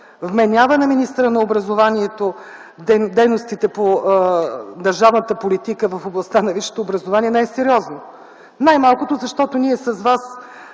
вменява на министъра на образованието дейностите по държавната политика в областта на висшето образование, не е сериозно. Най-малкото, защото ние с вас